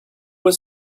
were